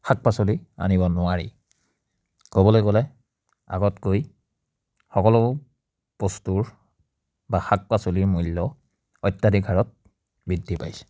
শাক পাচলি আনিব নোৱাৰি ক'বলৈ গ'লে আগতকৈ সকলো বস্তুৰ বা শাক পাচলিৰ মূল্য অত্যাধিক হাৰত বৃদ্ধি পাইছে